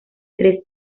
tres